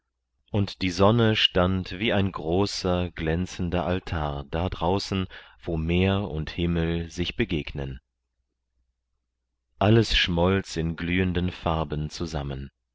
und die sonne stand wie ein großer glänzender altar da draußen wo meer und himmel sich begegnen alles schmolz in glühenden farben zusammen